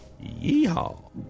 Yeehaw